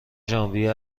ژانویه